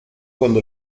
quando